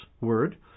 word